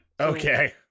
Okay